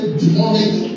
demonic